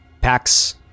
Pax